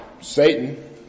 Satan